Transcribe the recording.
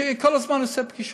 אני כל הזמן מקיים פגישות.